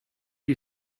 you